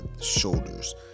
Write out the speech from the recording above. shoulders